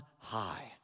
high